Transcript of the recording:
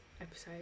episode